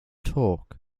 talk